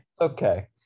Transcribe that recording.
Okay